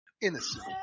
innocent